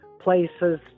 places